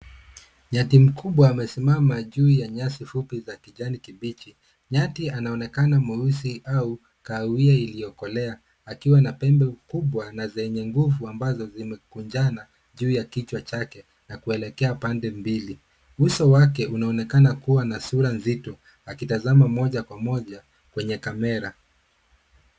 Nyati mkubwa amesimama juu ya nyasi fupi za kijani kibichi. Nyati anaonekana mweusi au kahawia iliyookolea akiwa na pembe kubwa na zenye nguvu ambazo zimekunjana juu ya kichwa chake na kuelekea pande mbili. Uso wake unaonekana kuwa na sura nzito akitazama Moja Kwa Moja kwenye kamera.